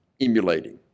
Emulating